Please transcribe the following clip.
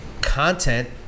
content